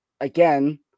again